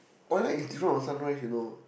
twilight is different from sunrise you know